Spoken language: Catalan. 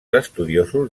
estudiosos